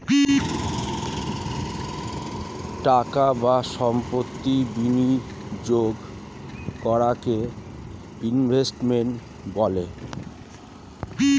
টাকা বা সম্পত্তি বিনিয়োগ করাকে ইনভেস্টমেন্ট বলে